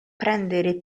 prendere